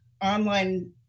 online